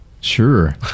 sure